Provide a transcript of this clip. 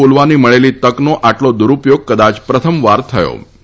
બોલવાની મળેલી તકનો આટલો દુરૂપયોગ કદાય પ્રથમવાર થયો હશે જી